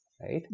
right